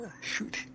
Shoot